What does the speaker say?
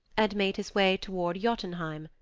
and made his way toward jotunheim,